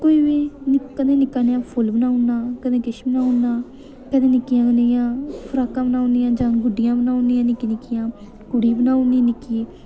कोई बी निक्का नेहा निक्का नेहा फुल्ल बनाई ओड़ना कदें किश बनाई ओड़ना कदें निक्की जनेहियां फराकां बनाई ओड़नियां जां गुड्डियां बनाई ओड़नियां निक्कियां निक्कियां कुड़ी बनाई ओड़नी निक्की जेही